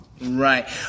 Right